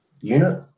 unit